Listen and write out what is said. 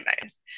nice